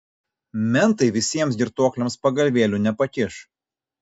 mentai visiems girtuokliams pagalvėlių nepakiš